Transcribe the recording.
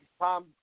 Tom